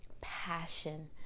passion